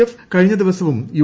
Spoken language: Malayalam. എഫ് കഴിഞ്ഞ ദിവസവും യു